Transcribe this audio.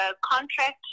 contract